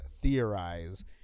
theorize